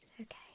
okay